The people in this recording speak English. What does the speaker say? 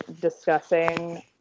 discussing